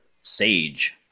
Sage